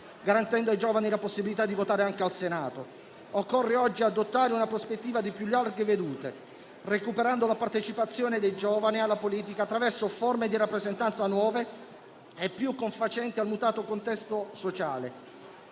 garantendo ai giovani la possibilità di votare anche al Senato; occorre oggi adottare una prospettiva di più larghe vedute, recuperando la partecipazione dei giovani alla politica, attraverso forme di rappresentanza nuove e più confacenti al mutato contesto sociale